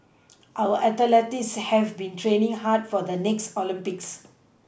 our athletes have been training hard for the next Olympics